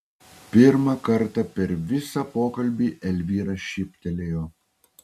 pirmą kartą per visą pokalbį elvyra šyptelėjo